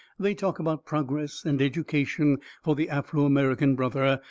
they talk about progress and education for the afro-american brother,